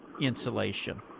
insulation